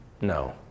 No